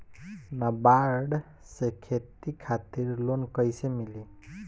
नाबार्ड से खेती खातिर लोन कइसे मिली?